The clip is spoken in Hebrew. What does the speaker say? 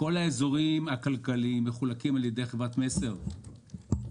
כל האזורים הכלכליים מחולקים על ידי חברת מסר ואם